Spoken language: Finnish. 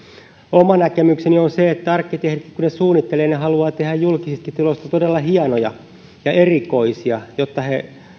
oma näkemykseni on se että kun arkkitehdit suunnittelevat he haluavat tehdä julkisista tiloista todella hienoja ja erikoisia jotta he